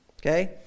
Okay